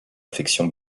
infection